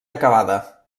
acabada